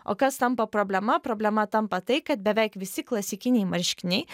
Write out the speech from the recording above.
o kas tampa problema problema tampa tai kad beveik visi klasikiniai marškiniai